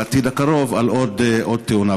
בעתיד הקרוב על עוד תאונה.